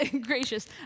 gracious